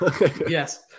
Yes